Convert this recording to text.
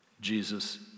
Jesus